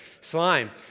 Slime